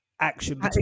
action